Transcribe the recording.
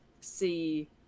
see